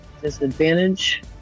disadvantage